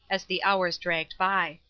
as the hours dragged by.